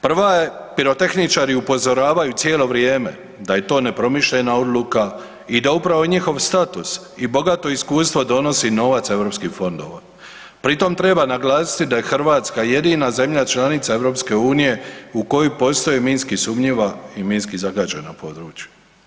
Prva je, pirotehničari upozoravaju cijelo vrijeme da je to nepromišljena odluka i da upravo njihov status i bogato iskustvo donosi novac europskih fondova, pri tome treba naglasiti da je Hrvatska jedina zemlja članica EU u kojoj postoji minski sumnjiva i minski zagađena područja.